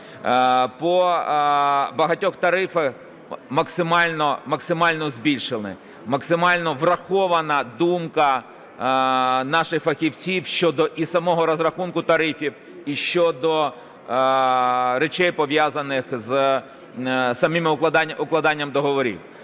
По багатьох тарифи максимально збільшені. Максимально врахована думка наших фахівців щодо і самого розрахунку тарифів і щодо речей, пов'язаних з самим укладанням договорів.